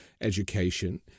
education